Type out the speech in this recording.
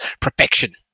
perfection